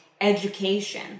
education